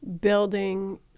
building